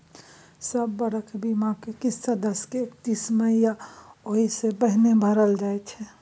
सब बरख बीमाक किस्त सदस्य के एकतीस मइ या ओहि सँ पहिने भरल जाइ छै